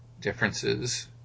differences